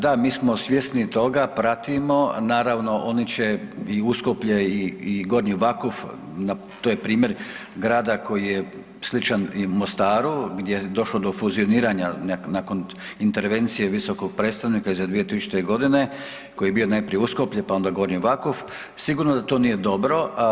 Da, mi smo svjesni toga, pratimo, naravno oni će i Uskoplje i Gornji Vakuf to je primjer grada koji je sličan i Mostaru gdje je došlo do fuzioniranja nakon intervencije visokog predstavnika iza 2000.g. koji je bio najprije u Uskoplje, pa onda Gornji Vakuf, sigurno da to nije dobro.